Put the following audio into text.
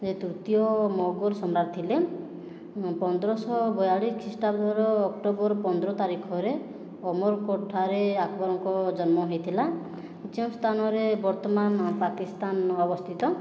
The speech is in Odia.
ସେ ତୃତୀୟ ମୋଗଲ ସମ୍ରାଟ ଥିଲେ ପନ୍ଦରଶହ ବୟାଳିଶ ଖ୍ରୀଷ୍ଟାବ୍ଦର ଅକ୍ଟୋବର ପନ୍ଦର ତାରିଖରେ ଅମରକୋଟ୍ ଠାରେ ଆକବରଙ୍କ ଜନ୍ମ ହୋଇଥିଲା ଯେଉଁ ସ୍ଥାନରେ ବର୍ତ୍ତମାନ ପାକିସ୍ତାନ ଅବସ୍ଥିତ